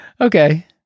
Okay